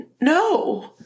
no